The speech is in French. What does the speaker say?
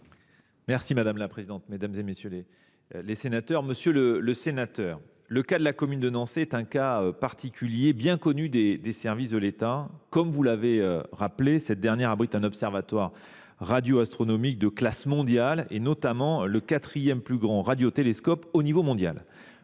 de Nançay ? La parole est à M. le ministre délégué. Monsieur le sénateur, le cas de la commune de Nançay est un cas particulier bien connu des services de l’État. Comme vous l’avez rappelé, cette dernière abrite un observatoire radioastronomique de classe mondiale, notamment le quatrième plus grand radiotélescope à l’échelon mondial.